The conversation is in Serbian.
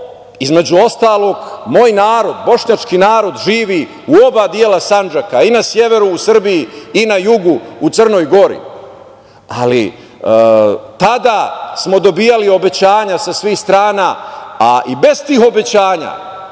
između ostalog, moj narod, bošnjački narod živi u oba dela Sandžaka, i na severu u Srbiji i na jugu u Crnoj Gori, ali tada smo dobijali obećanja sa svih strana, a i bez tih obećanja,